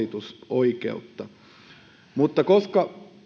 edes valitusoikeutta mutta koska